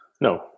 No